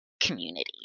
community